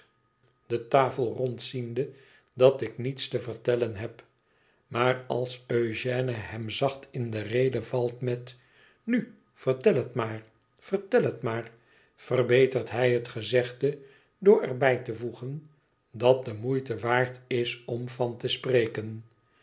de tafel rondziende i dat ik niets te vertellen heb maar als ëugène hem zacht in de rede valt met nu vertel het maar vertel het maar verbetert hij het gezegde door er bij te voegen i dat de moeite waard is om van te spreken